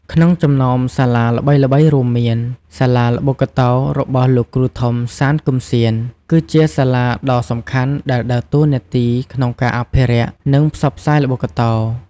ក្នុងចំណោមសាលាល្បីៗរួមមាន សាលាល្បុក្កតោរបស់លោកគ្រូធំ សាន គឹមស៊ាន: គឺជាសាលាដ៏សំខាន់ដែលដើរតួនាទីក្នុងការអភិរក្ស និងផ្សព្វផ្សាយល្បុក្កតោ។